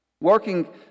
Working